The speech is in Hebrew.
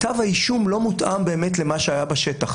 כתב האישום לא מותאם באמת למה שהיה בשטח,